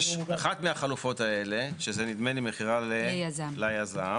אחת מהחלופות האלה, שזה נדמה לי מכירה ליזם,